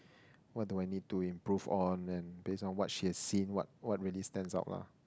what do I need to improve on then based on what she had seen what what really stand out lah